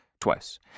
twice